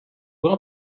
grand